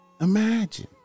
imagine